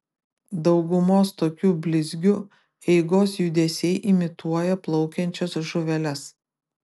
daugumos tokių blizgių eigos judesiai imituoja plaukiančias žuveles